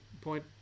point